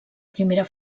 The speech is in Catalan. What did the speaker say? primera